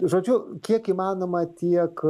žodžiu kiek įmanoma tiek